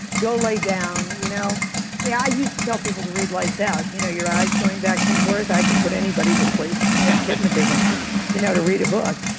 go lay down. you know yeah i used to tell people to read lights out. you know your eyes going back and forth, i can put anybody to sleep. it's hypnotism you know to read a book.